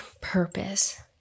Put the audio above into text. purpose